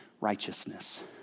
righteousness